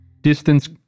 Distance